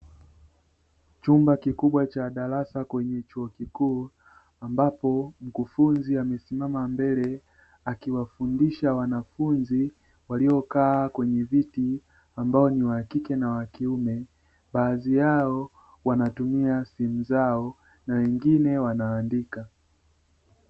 Chumba kikubwa cha darasa kwenye chuo kikuu ambapo mkufunzi amesimama mbele akiwafundisha wanafunzi waliokaa kwenye viti, ambao ni wa kike na kiume baadhi yao wanatumia simu zao, wengine wanaandika.